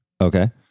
Okay